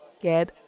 get